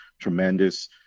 tremendous